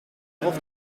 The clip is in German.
auf